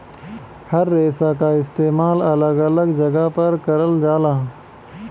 हर रेसा क इस्तेमाल अलग अलग जगह पर करल जाला